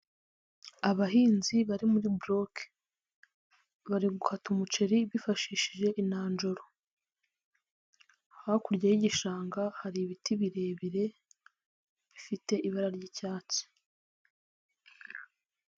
Abahinzi bari muri buroke, bari gukata umuceri bifashishije inanjoro, hakurya y'igishanga hari ibiti birebire bifite ibara ry'icyatsi.